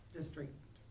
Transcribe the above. district